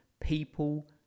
People